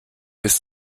bis